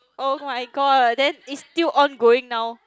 oh-my-god then it's still ongoing now